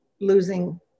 losing